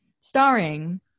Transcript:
Starring